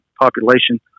population